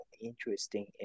interesting